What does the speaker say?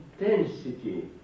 intensity